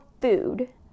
food